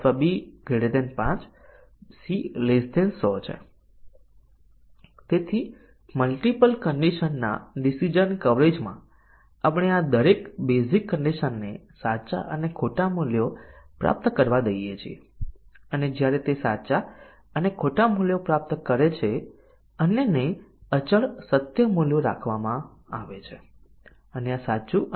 તેથી આપણને જોઈએ છે a 30 છે b 20 છે તેથી ખોટા અને સાચા છે a એ 30 છે b 40 છે તેથી ખોટું અને ખોટું અને પછી સાચું અને ખોટું અને સાચું અને સાચું